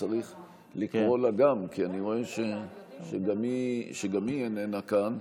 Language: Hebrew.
צריך לקרוא גם לה, כי אני רואה שגם היא איננה כאן,